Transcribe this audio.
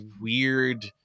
weird